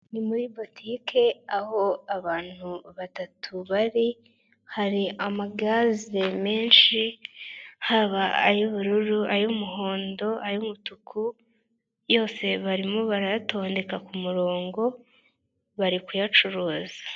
Ni muri botike aho abantu batatu bari, hari amagaze menshi haba ay'ubururu ay'umuhondo ay'umutuku, yose barimo barayatondeka ku mu rongo, bari kuyacuruza.